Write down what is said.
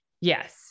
Yes